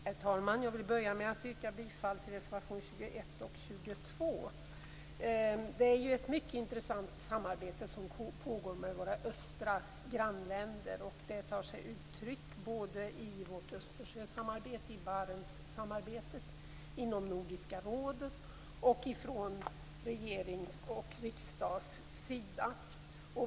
Herr talman! Jag vill börja med att yrka bifall till reservationerna 21 och 22. Det är ett mycket intressant samarbete som pågår med våra östra grannländer. Det tar sig uttryck i Östersjösamarbetet, i Barentssamarbetet, i Nordiska rådet och från regerings och riksdagssidan.